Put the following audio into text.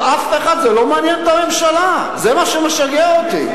זה לא מעניין את הממשלה, זה מה שמשגע אותי.